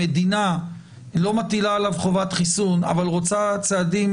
המדינה לא מטילה עליו חובת חיסון אבל רוצה צעדים